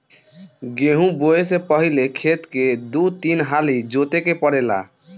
गेंहू बोऐ से पहिले खेत के दू तीन हाली जोते के पड़ेला